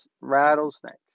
rattlesnakes